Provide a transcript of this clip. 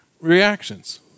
reactions